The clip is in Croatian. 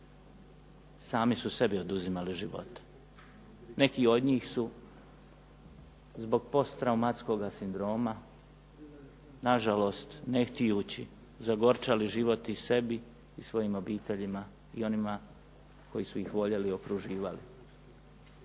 sami su sebi oduzimali živote. Neki od njih su zbog posttraumatskoga sindroma nažalost ne htijući zagorčali život i sebi i svojim obiteljima i onima koji su ih voljeli i okruživali,